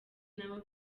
nabo